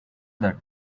that